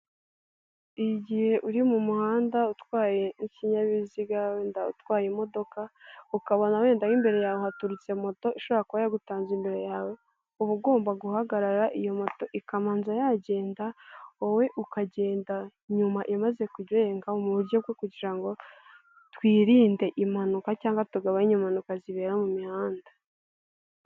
Igihe uri mu muhanda utwaye nk'inyabiziga wenda utwaye imodoka, ukabona wenda nk'imbere yawe haturutse moto ishobora kuba yagutanze imbere yawe, uba ugomba guhagarara iyo moto ikabanza yagenda wowe ukagenda inyuma imaze kurenga mu buryo bwo kugira ngo twirinde impanuka cyangwa tugabanye impanuka zibera mu mihanda.